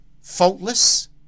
faultless